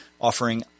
offering